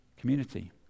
Community